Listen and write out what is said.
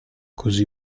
così